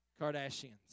Kardashians